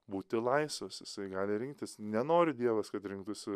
būti laisvas jisai gali rinktis nenori dievas kad rinktųsi